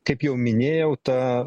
kaip jau minėjau tą